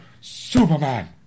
Superman